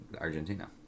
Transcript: Argentina